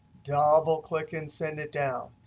double click and send it down.